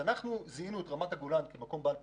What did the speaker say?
אנחנו זיהינו את רמת הגולן כמקום שיש בו